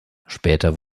später